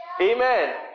Amen